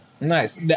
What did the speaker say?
Nice